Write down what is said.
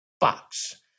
box